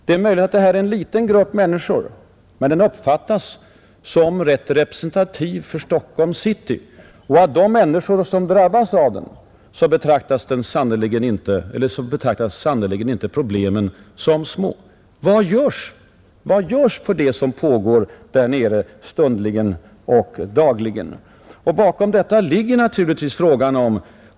Det är möjligt att det är en liten grupp det gäller, men den uppfattas tyvärr som representativ för Stockholms city. Och av de människor som drabbas av deras gärningar betraktas sannerligen inte problemen som små. Vad görs för att komma till rätta med det som pågår där nere stundligen och dagligen?